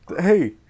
Hey